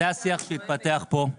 כדאי שתהיו ערים לדבר הזה.